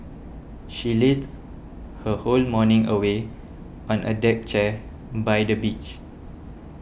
she lazed her whole morning away on a deck chair by the beach